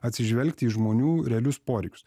atsižvelgti į žmonių realius poreikius